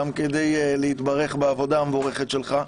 גם כדי להתברך בעבודה המבורכת שלך,